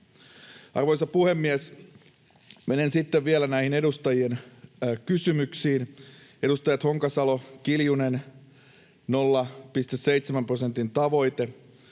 Arvoisa puhemies! Menen sitten vielä näihin edustajien kysymyksiin: Edustajat Honkasalo ja Kiljunen, 0,7 prosentin tavoite: